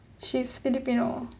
she's filipino